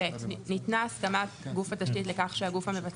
(ב) ניתנה הסכמת גוף התשתית לכך שהגוף המבצע